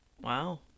Wow